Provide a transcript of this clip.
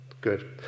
Good